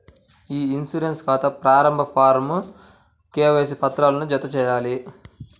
ఇ insurance ఖాతా ప్రారంభ ఫారమ్కు కేవైసీ పత్రాలను జతచేయాలి